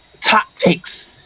Tactics